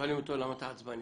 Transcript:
כששואלים אותו למה אתה עצבני?